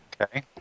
Okay